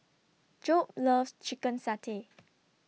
Jobe loves Chicken Satay